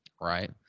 right